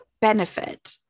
benefit